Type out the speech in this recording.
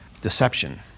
deception